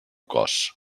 cos